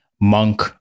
monk